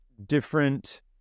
Different